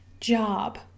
job